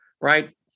Right